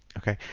okay.